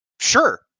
sure